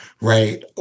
right